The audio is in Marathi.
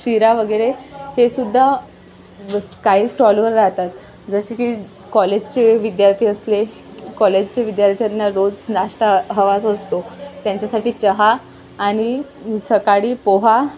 शिरा वगैरे हे सुद्धा काही स्टॉलवर राहतात जसे की कॉलेजचे विद्यार्थी असले कॉलेजचे विद्यार्थ्यांना रोज नाश्ता हवाच असतो त्यांच्यासाठी चहा आणि सकाळी पोहा